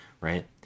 right